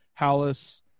Hallis